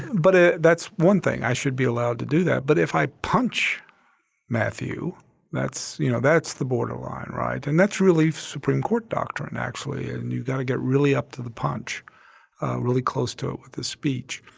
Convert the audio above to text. but ah that's one thing, i should be allowed to do that. but if i punch matthew that's you know that's the borderline, right? and that's really supreme court doctrine probably and and you've got to get really up to the punch or really close to it with this speech.